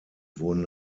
wurden